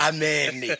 Amen